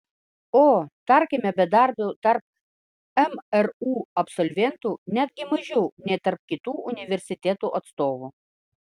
o tarkime bedarbių tarp mru absolventų netgi mažiau nei tarp kitų universitetų atstovų